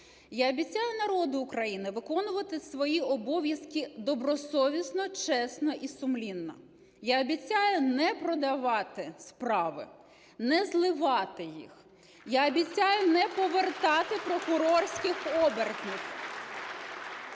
Я обіцяю народу України виконувати свої обов'язки добросовісно, чесно і сумлінно. Я обіцяю не продавати справи, не "зливати" їх. Я обіцяю не повертати прокурорських оборотнів.